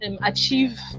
achieve